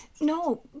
No